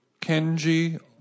Kenji